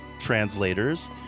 translators